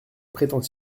prétend